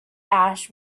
ash